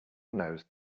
nose